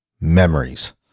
memories